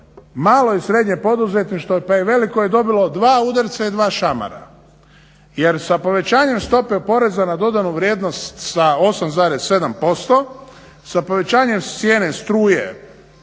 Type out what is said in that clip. malo i srednje poduzetništvo pa i veliko je dobilo dva udarca i dva šamara, jer sa povećanjem stope PDV-a sa 8,7%, sa povećanjem cijene struje